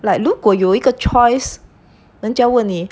like 如果有一个 choice 人家问你